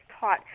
taught